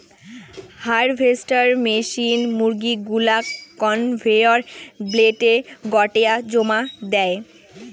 harvester machine মুরগী গুলাক conveyor বেল্টে গোটেয়া জমা দেই